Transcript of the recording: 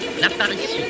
l'apparition